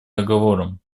договором